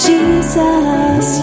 Jesus